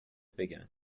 بگم